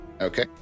Okay